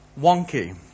wonky